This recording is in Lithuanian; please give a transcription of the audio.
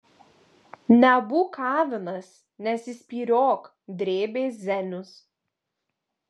nebūk avinas nesispyriok drėbė zenius